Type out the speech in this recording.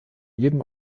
jedem